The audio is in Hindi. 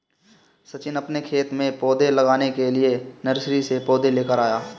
सचिन अपने खेत में पौधे लगाने के लिए नर्सरी से पौधे लेकर आया